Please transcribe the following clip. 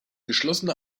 geschlossene